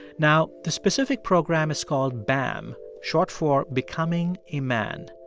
now, the specific program is called bam, short for becoming a man.